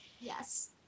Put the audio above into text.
Yes